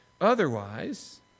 Otherwise